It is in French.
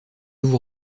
vous